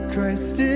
Christ